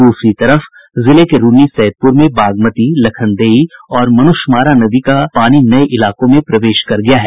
दूसरी तरफ जिले के रून्नी सैदपुर में बागमती लखनदेई और मनुषमारा नदी का पानी नये इलाकों में प्रवेश कर गया है